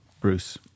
Bruce